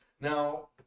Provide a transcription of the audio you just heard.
Now